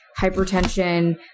hypertension